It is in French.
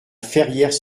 ferrières